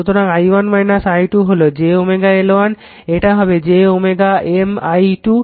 সুতরাং i1 i 2 হলো j L1 এটা হবে j M i 2